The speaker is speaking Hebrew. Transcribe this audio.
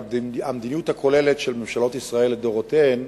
המדיניות הכוללת של ממשלות ישראל לדורותיהן,